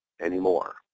anymore